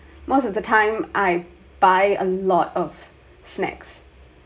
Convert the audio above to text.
most of the time I buy a lot of snacks